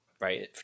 Right